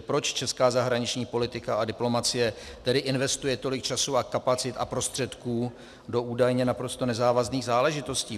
Proč česká zahraniční politika a diplomacie investuje tolik času, kapacit a prostředků do údajně naprosto nezávazných záležitostí?